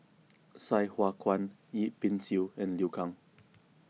Sai Hua Kuan Yip Pin Xiu and Liu Kang